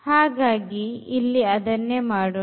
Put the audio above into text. ಹಾಗಾಗಿ ಇಲ್ಲಿ ಅದನ್ನೇ ಮಾಡೋಣ